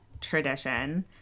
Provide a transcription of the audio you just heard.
tradition